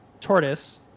tortoise